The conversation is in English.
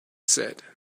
said